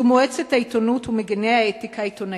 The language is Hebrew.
זה מועצת העיתונות ומגיני האתיקה העיתונאית.